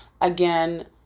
Again